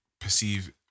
perceive